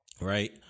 right